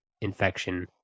infection